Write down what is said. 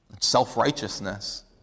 self-righteousness